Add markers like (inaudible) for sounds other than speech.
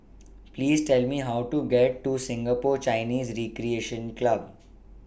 (noise) Please Tell Me How to get to Singapore Chinese Recreation Club